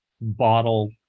bottle